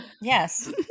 Yes